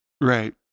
right